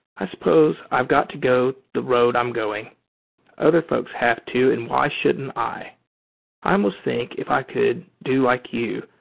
i spose i've got to go the road i'm going other folks have to, and why shouldn't i? i almost think if i could do like you,